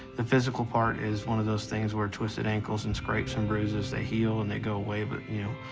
the physical part is one of those things, were twisted ankles and scrapes and bruises. they heal and they go away, but, you